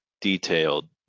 detailed